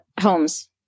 homes